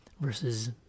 versus